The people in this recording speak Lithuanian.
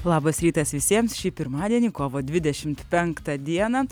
labas rytas visiems šį pirmadienį kovo dvidešimt penktą dieną